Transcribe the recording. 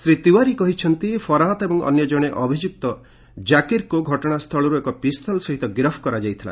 ଶୀ ତିଓ୍ବାରୀ କହିଛନ୍ତି ଫରାହାତ୍ ଏବଂ ଅନ୍ୟ ଜଣେ ଅଭିଯୁକ୍ତ କାକିର୍କୁ ଘଟଣାସ୍ଥଳରୁ ଏକ ପିସ୍ତଲ ସହିତ ଗିରଫ କରାଯାଇଥିଲା